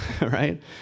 right